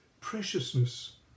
preciousness